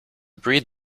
breed